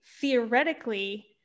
Theoretically